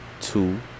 two